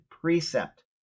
precept